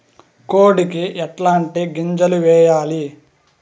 కోడికి ఎట్లాంటి గింజలు వేయాలి?